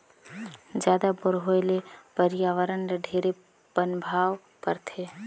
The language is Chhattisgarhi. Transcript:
जादा बोर होए ले परियावरण ल ढेरे पनभाव परथे